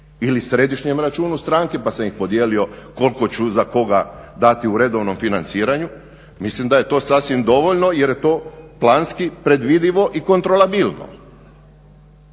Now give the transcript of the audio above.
ili središnjem računu stranke pa sam ih podijelio koliko ću za koga dati u redovnim financiranju mislim da je to sasvim dovoljno jer to planski predvidivo i kontrolabilno.